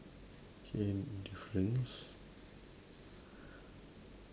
okay any difference